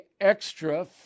extra